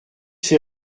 ces